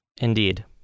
Indeed